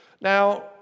Now